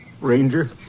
Ranger